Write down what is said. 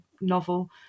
novel